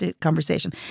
conversation